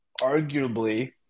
arguably –